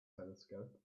telescope